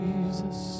Jesus